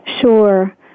Sure